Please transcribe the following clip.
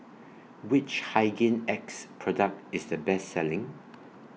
Which Hygin X Product IS The Best Selling